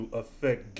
affect